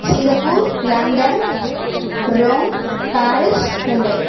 Singapore London Rome Paris Mumbai